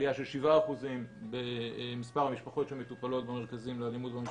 עלייה של 7% במספר המשפחות שמטופלות במרכזים לאלימות במשפחה,